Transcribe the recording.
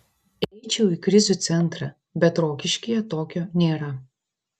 eičiau į krizių centrą bet rokiškyje tokio nėra